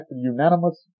unanimous